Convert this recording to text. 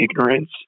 ignorance